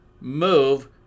move